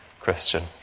Christian